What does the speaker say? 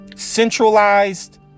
centralized